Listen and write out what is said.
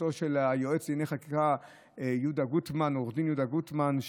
בראשותו של היועץ לענייני חקיקה עו"ד יהודה גוטמן,